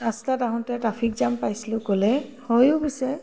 ৰাস্তাত আহোঁতে traffic jam পাইছিলোঁ ক'লে হয়ো পিছে